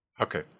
Okay